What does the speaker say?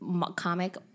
comic